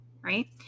right